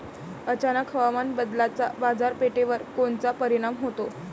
अचानक हवामान बदलाचा बाजारपेठेवर कोनचा परिणाम होतो?